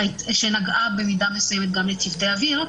שנגעה במידה מסוימת גם בצוותי אוויר,